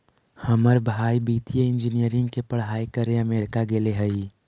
हमर भाई वित्तीय इंजीनियरिंग के पढ़ाई करे अमेरिका गेले हइ